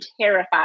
terrified